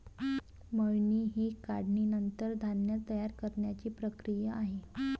मळणी ही काढणीनंतर धान्य तयार करण्याची प्रक्रिया आहे